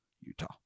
Utah